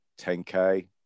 10K